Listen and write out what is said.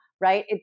right